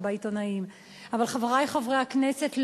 חברי חברי הכנסת,